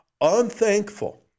unthankful